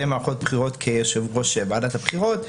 מערכות בחירות כיושב-ראש ועדת הבחירות.